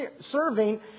serving